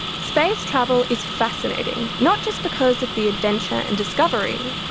space travel is fascinating, not just because of the adventure and discovery,